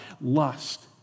lust